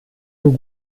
nur